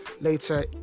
later